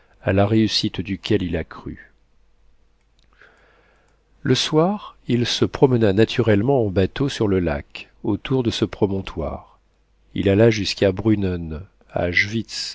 à la réussite duquel il a cru le soir il se promena naturellement en bateau sur le lac autour de ce promontoire il alla jusqu'à brünnen